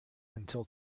until